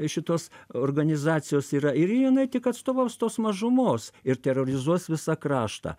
šitos organizacijos yra ir jinai tik atstovaus tos mažumos ir terorizuos visą kraštą